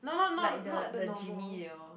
like the the Jimmy they all